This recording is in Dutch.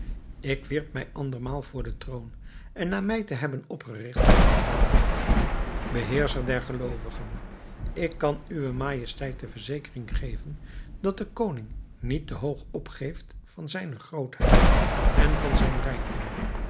ik wierp mij andermaal voor den troon en na mij te hebben opgerigt antwoordde ik beheerscher der geloovigen ik kan uwe majesteit de verzekering geven dat de koning niet te hoog opgeeft van zijne grootheid en van zijn rijkdom